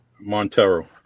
Montero